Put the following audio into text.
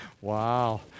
Wow